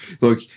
Look